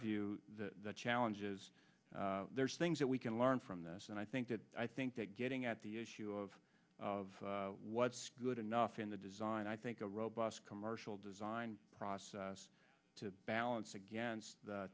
view the challenge is there's things that we can learn from this and i think that i think that getting at the issue of of what's good enough in the design i think a robust commercial design process to balance against the